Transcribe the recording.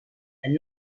and